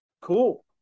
cool